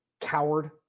coward